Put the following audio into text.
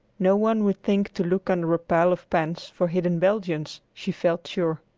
no one would think to look under a pile of pans for hidden belgians, she felt sure.